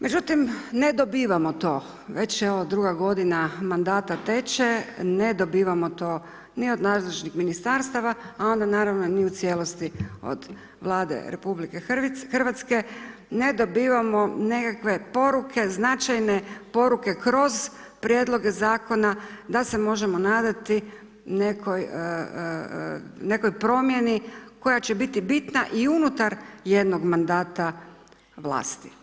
Međutim ne dobivam to, već evo 2 g. mandata teče, ne dobivamo to ni od nazočnih ministarstava a onda naravno, ni u cijelosti od Vlade RH, ne dobivamo nekakve poruke, značajne poruke kroz prijedloge zakona da se možemo nadati nekoj promjeni koja će biti bitna i unutar jednog mandata vlasti.